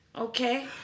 Okay